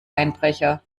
einbrecher